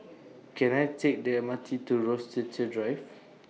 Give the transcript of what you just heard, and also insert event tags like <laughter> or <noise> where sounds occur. Can I Take The M R T to Rochester Drive <noise>